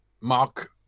Mark